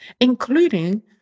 including